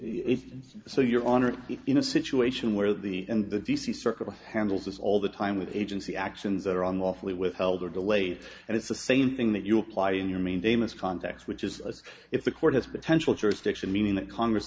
if so your honor in a situation where the and the d c circuit handles this all the time with agency actions that are on lawfully withheld or delayed and it's the same thing that you apply in your main damus contacts which is if the court has potential jurisdiction meaning that congress